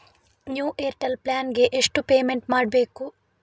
New Airtel plan ಗೆ ಎಷ್ಟು payment ಮಾಡ್ಬೇಕು?